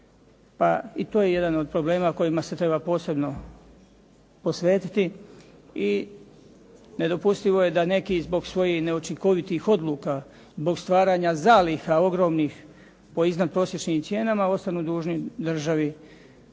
pa i to je jedan od problema kojima se treba posebno posvetiti i nedopustivo je da neki zbog svojih neučinkovitih odluka, zbog stvaranja zaliha ogromnih po iznad prosječnim cijenama ostanu dužni državi,